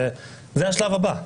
זה השלב הבא.